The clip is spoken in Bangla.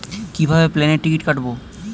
কিভাবে প্লেনের টিকিট কাটব?